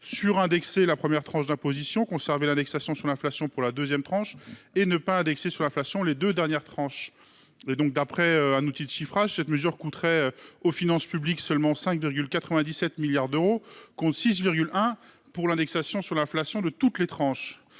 surindexer » la première tranche d’imposition, de conserver l’indexation proposée sur l’inflation pour la deuxième tranche et de ne pas indexer sur l’inflation les deux dernières tranches. D’après un outil de chiffrage, cette mesure coûterait aux finances publiques seulement 5,97 milliards d’euros, contre 6,1 milliards d’euros avec l’indexation de toutes les tranches